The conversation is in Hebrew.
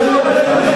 זה זיוף ההיסטוריה.